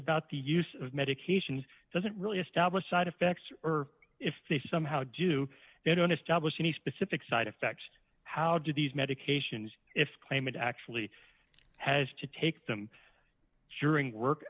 about the use of medications doesn't really establish side effects or if they somehow do they don't establish any specific side effect how do these medications if claimant actually has to take them suring work